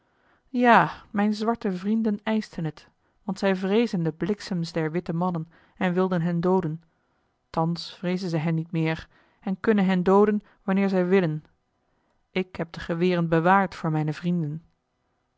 ja mijne zwarte vrienden eischten het want zij vreezen de bliksems der witte mannen en wilden hen dooden thans vreezen zij hen niet meer en kunnen hen dooden wanneer zij willen ik heb de geweren bewaard voor mijne vrienden